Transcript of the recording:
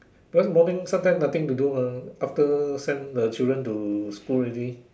because morning sometimes nothing to do mah after send the children to school already